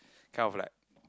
kind of like